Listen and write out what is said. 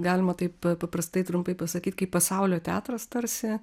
galima taip paprastai trumpai pasakyt kaip pasaulio teatras tarsi